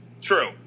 True